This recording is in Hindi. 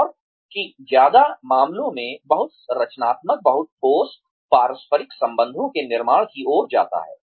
और कि ज्यादातर मामलों में बहुत रचनात्मक बहुत ठोस पारस्परिक संबंधों के निर्माण की ओर जाता है